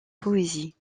poésie